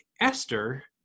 Esther